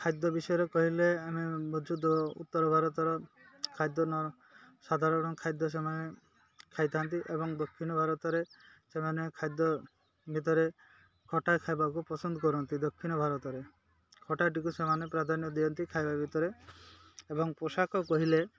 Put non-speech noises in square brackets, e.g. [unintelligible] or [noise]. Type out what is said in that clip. ଖାଦ୍ୟ ବିଷୟରେ କହିଲେ ଆମେ [unintelligible] ଉତ୍ତର ଭାରତର ଖାଦ୍ୟ ନ ସାଧାରଣ ଖାଦ୍ୟ ସେମାନେ ଖାଇଥାନ୍ତି ଏବଂ ଦକ୍ଷିଣ ଭାରତରେ ସେମାନେ ଖାଦ୍ୟ ଭିତରେ ଖଟା ଖାଇବାକୁ ପସନ୍ଦ କରନ୍ତି ଦକ୍ଷିଣ ଭାରତରେ ଖଟା ଟିକୁ ସେମାନେ ପ୍ରାଧାନ୍ୟ ଦିଅନ୍ତି ଖାଇବା ଭିତରେ ଏବଂ ପୋଷାକ କହିଲେ